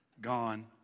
Gone